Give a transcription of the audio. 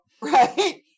Right